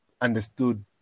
understood